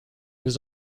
was